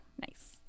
Nice